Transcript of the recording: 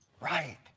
Right